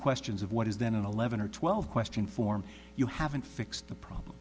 questions of what is then an eleven or twelve question form you haven't fixed the problem